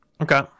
Okay